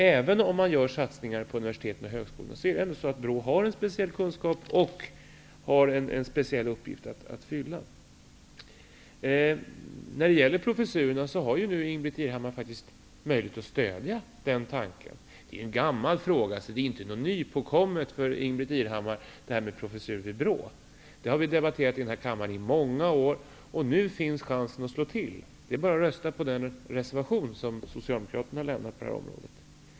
Även om man gör satsningar på universiteten och högskolorna, är det ändå så att BRÅ har en speciell kunskap och en speciell uppgift att fylla. När det gäller professurerna har faktiskt Ingbritt Irhammar möjlighet att stödja den tanken. Det är en gammal fråga. Detta med en professur vid BRÅ är inte någon nytt för Ingbritt Irhammar. Det har vi debatterat i den här kammaren i många år. Nu finns chansen att slå till. Det är bara att rösta på den reservation som Socialdemokraterna har lämnat på det här området.